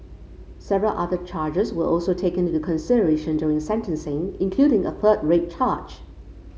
several other charges were also taken into consideration during sentencing including a third rape charge